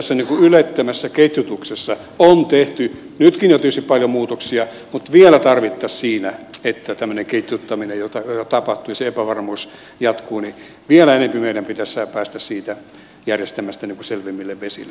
tässä ylettömässä ketjutuksessa on tehty nytkin jo tietysti paljon muutoksia mutta vielä enempi kun tämmöistä ketjuttamista tapahtuu ja se epävarmuus jatkuu meidän pitäisi päästä siitä järjestelmästä selvemmille vesille